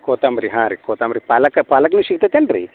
ಕೋತಂಬ್ರಿ ಹಾಂ ರೀ ಕೋತಂಬ್ರಿ ಪಾಲಕ್ ಪಾಲಕ್ ಸಿಕ್ತಾತೇನು ರೀ